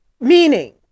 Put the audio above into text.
Meaning